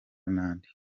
n’andi